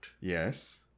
Yes